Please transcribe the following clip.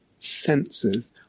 senses